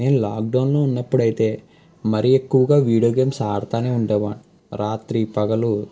నేను లాక్డౌన్లో ఉన్నప్పుడు అయితే మరి ఎక్కువగా వీడియో గేమ్స్ ఆడుతానే ఉండేవాడిని రాత్రి పగలు